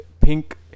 pink